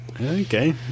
Okay